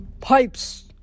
pipes